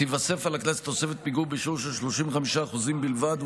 תיווסף על הקנס תוספת פיגור בשיעור של 35% בלבד,